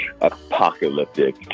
apocalyptic